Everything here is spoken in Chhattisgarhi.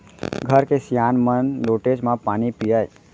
घर के सियान मन लोटेच म पानी पियय